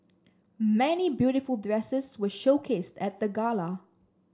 many beautiful dresses were showcased at the gala